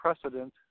precedent